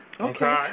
Okay